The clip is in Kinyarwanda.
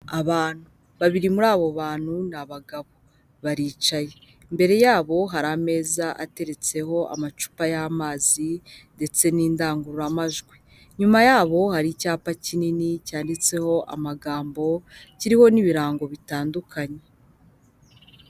Abantu babiri muri abo bantu ni abagabo baricaye, imbere yabo hari ameza ateretseho amacupa y'amazi ndetse n'indangururamajwi, inyuma yabo hari icyapa kinini cyanditseho amagambo kiriho n'ibirango bitandukanye.